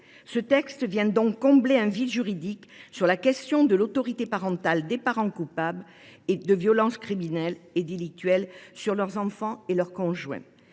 Ce texte vient donc combler un vide juridique sur la question de l’autorité parentale des parents coupables de violences criminelles et délictuelles sur leurs enfants et sur leurs conjoints.